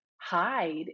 hide